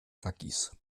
waggis